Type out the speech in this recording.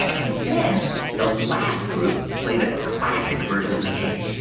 and then the last group played a classic version of the game,